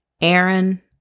Aaron